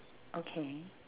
okay